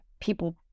people